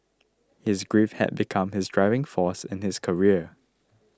his grief had become his driving force in his career